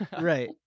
Right